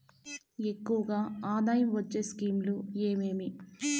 ఎక్కువగా ఆదాయం వచ్చే స్కీమ్ లు ఏమేమీ?